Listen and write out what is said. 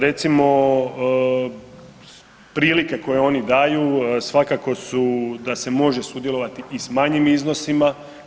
Recimo prilike koje oni daju svakako su da se može sudjelovati i s manjim iznosima.